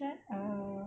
shut up